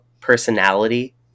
personality